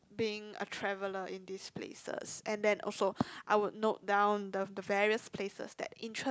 being a traveller in these places and then also I would note down the the various places that interest